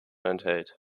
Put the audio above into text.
enthält